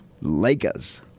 Lakers